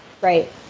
Right